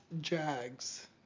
Jags